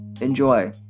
enjoy